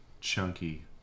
chunky